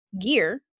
gear